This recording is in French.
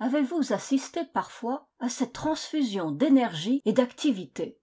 avez-vous assisté parfois à cette transfusion d'énergie et d'activité